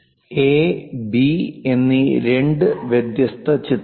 A B A B എന്നീ രണ്ട് വ്യത്യസ്ത ചിത്രങ്ങൾ